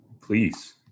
Please